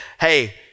Hey